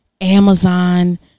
Amazon